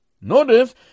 notice